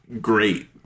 great